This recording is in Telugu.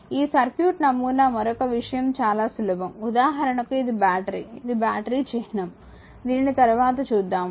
ఈ సర్క్యూట్ నమూనా మరొక విషయం చాలా సులభం ఉదాహరణకు ఇది బ్యాటరీ ఇది బ్యాటరీ చిహ్నం దీనిని తర్వాత చూద్దాము